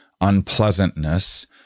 unpleasantness